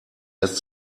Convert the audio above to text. lässt